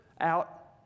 out